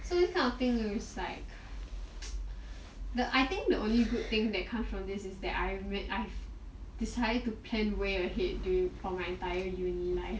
so this kind of thing is like I think the only good thing that come from this is that I decided to plan way ahead during for my entire uni life